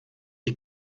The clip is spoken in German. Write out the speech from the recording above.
die